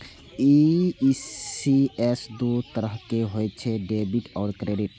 ECS दू तरहक होइ छै, डेबिट आ क्रेडिट